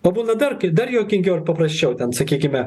o būna dar kai dar juokingiau ir paprasčiau ten sakykime